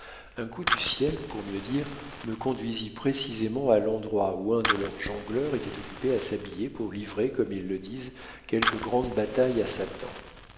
un coup du ciel pour mieux dire me conduisit précisément à l'endroit où un de leurs jongleurs était occupé à s'habiller pour livrer comme ils le disent quelque grande bataille à